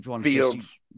Fields